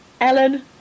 Ellen